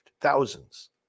thousands